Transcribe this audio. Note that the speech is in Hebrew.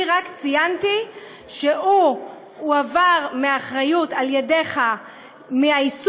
אני רק ציינתי שהוא הועבר על ידך מהאחריות